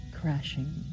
crashing